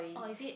oh is it